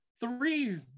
three